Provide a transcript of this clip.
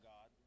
God